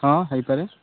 ହଁ ହୋଇପାରେ